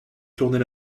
tourner